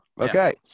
Okay